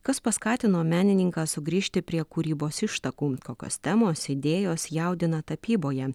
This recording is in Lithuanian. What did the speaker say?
kas paskatino menininką sugrįžti prie kūrybos ištakų kokios temos idėjos jaudina tapyboje